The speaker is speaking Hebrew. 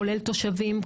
כולל תושבים,